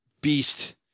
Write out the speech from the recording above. beast